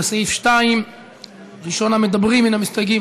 לסעיף 2. ראשון המדברים מן המסתייגים,